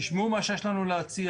תשמעו את מה שיש לנו להציע.